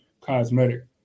cosmetic